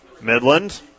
Midland